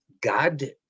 God